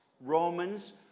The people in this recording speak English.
Romans